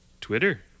Twitter